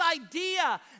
idea